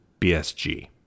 BSG